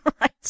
Right